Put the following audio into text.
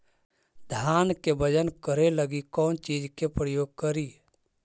धान के बजन करे लगी कौन चिज के प्रयोग करि?